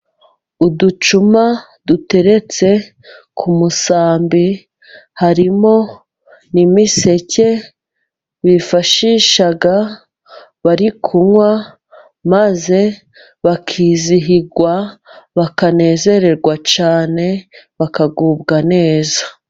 Uducuma duteretse ku musambi . Harimo n'imiseke bifashisha bari kunywa ,maze bakizihirwa ,bakanezererwa cyane ,bakagubwa neza.